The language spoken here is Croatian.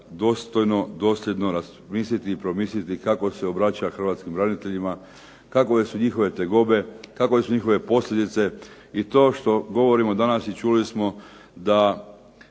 dostojno, dosljedno razmisliti i promisliti kako se obraća hrvatskim braniteljima, kakove su njihove tegobe, kakove su njihove posljedice, i to što govorimo danas i čuli smo da